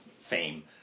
fame